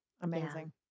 amazing